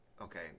okay